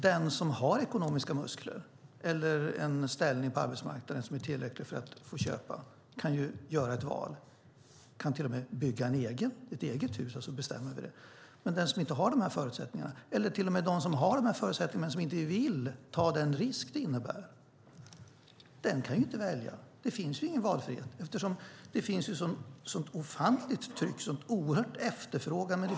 Den som har ekonomiska muskler eller en ställning på arbetsmarknaden som är tillräcklig för att få köpa kan göra ett val och kan till och med bestämma sig för att bygga ett eget hus, medan den som inte har de förutsättningarna eller till och med den som har de förutsättningarna men som inte vill ta den risk det innebär inte alls kan välja. Det finns ju ingen valfrihet, eftersom det finns ett sådant ofantligt tryck och en sådan oerhörd efterfrågan.